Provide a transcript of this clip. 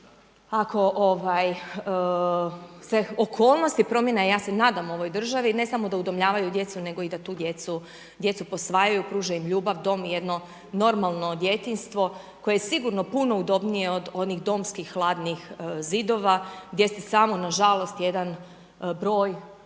ako se okolnosti promjene a ja se nadam ovoj državi, ne samo da udomljavaju djecu nego i da tu djecu posvajaju, pruža im ljubav, dom, jedno normalno djetinjstvo koje je sigurno puno udobnije od onih domskih, hladnih zidova gdje ste samo nažalost jedan broj